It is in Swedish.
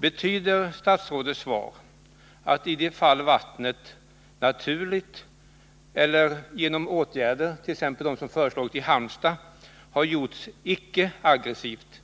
Betyder statsrådets svar att i de fall då vattnet — naturligt eller genom åtgärder, t.ex. sådana som föreslagits i Halmstad — har gjorts icke aggressivt,